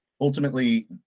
ultimately